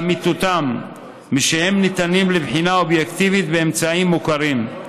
משהם ניתנים לבחינה אובייקטיבית באמצעים מוכרים.